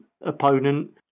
opponent